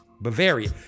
Bavaria